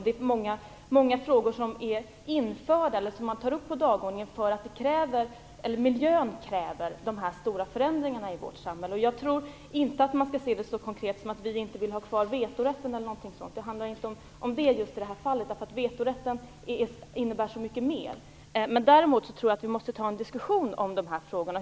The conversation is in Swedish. Det finns många frågor som man tar upp på dagordningen därför att miljön kräver dessa stora förändringar i vårt samhälle. Jag tror inte att man skall se det så konkret som att Vänsterpartiet inte vill att vi skall ha kvar vetorätt eller något liknande. Det handlar inte om det i just det här fallet. Vetorätten innebär så mycket mer. Däremot måste vi ta en diskussion om dessa frågor.